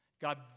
God